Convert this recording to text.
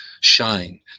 shine